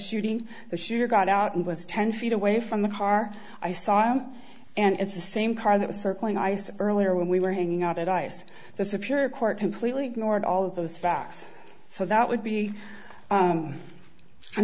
shooting the shooter got out and was ten feet away from the car i saw him and it's the same car that was circling i saw earlier when we were hanging out at ice the superior court completely ignored all those facts so that would be